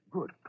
Good